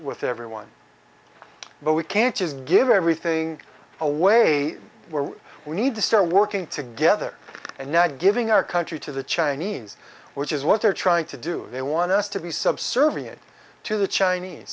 with everyone but we can't just give everything away we're we need to start working together and not giving our country to the chinese which is what they're trying to do they want us to be subservient to the chinese